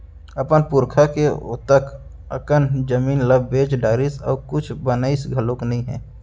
अपन पुरखा के ओतेक अकन जमीन ल बेच डारिस अउ कुछ बनइस घलोक नइ हे